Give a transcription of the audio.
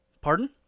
Pardon